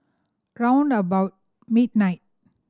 round about midnight